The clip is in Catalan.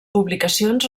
publicacions